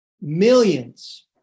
millions